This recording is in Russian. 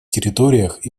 территориях